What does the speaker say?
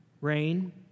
Rain